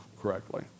correctly